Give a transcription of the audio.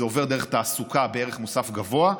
זה עובר דרך תעסוקה בערך מוסף גבוה,